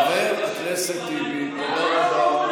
חבר הכנסת טיבי, חבר הכנסת טיבי, תודה רבה.